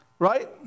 Right